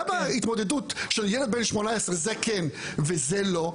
למה התמודדות של ילד בן 18, זה כן וזה לא?